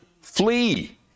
flee